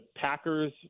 Packers